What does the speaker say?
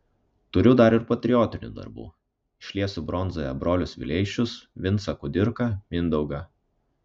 turiu dar ir patriotinių darbų išliesiu bronzoje brolius vileišius vincą kudirką mindaugą